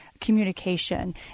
communication